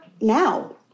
now